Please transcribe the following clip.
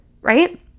right